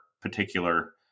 particular